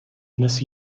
dnes